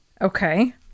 Okay